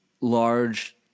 large